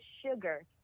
sugar –